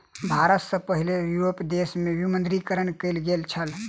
भारत सॅ पहिने यूरोपीय देश में विमुद्रीकरण कयल गेल छल